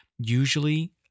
Usually